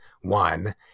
One